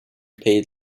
paid